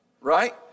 right